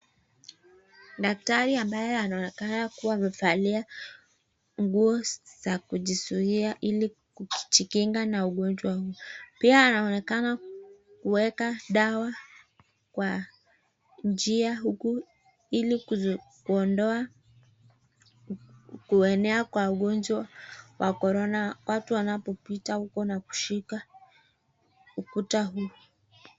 Daktari ambae anakaa kuwa amevalia nguo za kujizuia ili kujikinga na ugonjwa. Pia anaonekana kuweka dawa kwa njia ili kuondoa kuenea kwa ugonjwa wa Corona. Watu wanapopita huku na kushika ukuta huu.